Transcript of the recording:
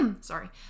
sorry